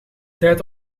tijd